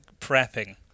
prepping